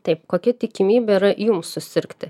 taip kokia tikimybė yra jum susirgti